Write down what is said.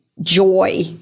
joy